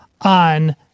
on